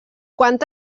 quant